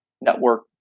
network